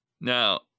Now